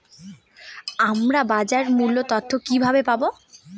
আমরা বাজার মূল্য তথ্য কিবাবে পাবো?